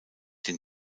den